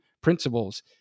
principles